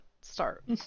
start